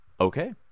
Okay